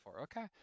Okay